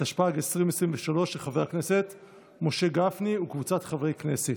התשפ"ג 2023. של חבר הכנסת משה גפני וקבוצת חברי הכנסת.